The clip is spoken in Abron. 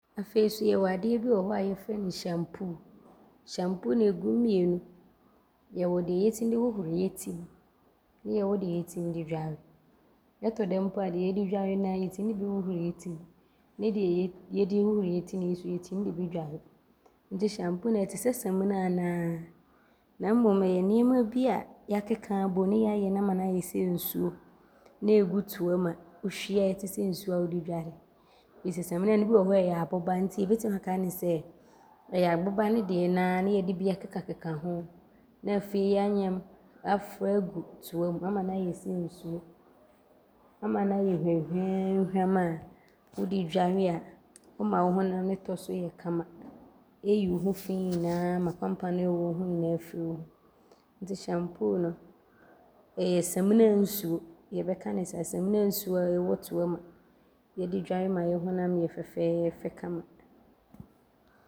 Afei so yɛwɔ adeɛ bi wɔ hɔ a bɛfrɛ no hyampuu. Hyampuu no ɔgu mu mmienu. Yɛwɔ deɛ yɛtim de hohoro yɛ tim ne yɛwɔ deɛ yɛtim de dware. Ɔtɔ da mpo a deɛ yɛde dware no aa yɛtim de bi hohoro yɛ tim ne deɛ yɛde hohoro yɛ tim ne so yɛtim de bi dware nti hyampuu no, ɔte sɛ saminaa no aa na mmom ɔyɛ nnoɔma bi a yɛakeka abom ne yɛayɛ no ama ne ayɛ sɛ nsuo ne ɔgu toa mu a wohwie a ɔte sɛ nsuo a wode dware firi sɛ saminaa ne bi wɔ hɔ a ɔyɛ aboba nti yɛbɛtim aaka ne sɛ ɔyɛ aboba no deɛ no aa ne yɛde bi akekakeka ho ne afei yɛanyam afra agu toa mu ama no ayɛ sɛ nsuo ama ne ayɛ hwamhwamhwam a wode dware a ɔma wo honam ne tɔ so yɛ kama. Ɔyi wo ho fii nyinaa ma pampane wɔ wo ho nyinaa firi wo ho nti hyampuu no, ɔyɔ saminaa nsuo. Yɛbɛka ne saa. Ɔyɛ saminaa nsuo a ɔwɔ toa mu a yɛde dware ma yɛ honam yɛ fɛfɛɛfɛ kama.